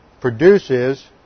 produces